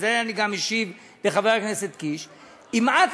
ובזה אני גם משיב לחבר הכנסת קיש: אם את